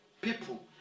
People